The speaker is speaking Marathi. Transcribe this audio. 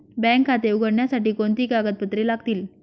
बँक खाते उघडण्यासाठी कोणती कागदपत्रे लागतील?